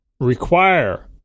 require